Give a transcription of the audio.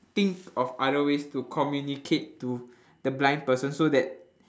think of other ways to communicate to the blind person so that